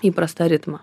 įprastą ritmą